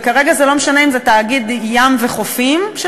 וכרגע זה לא משנה אם זה תאגיד ים וחופים של